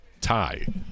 tie